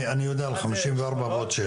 אני יודע על חמישים וארבע ועוד שש.